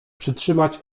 przytrzymać